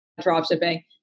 dropshipping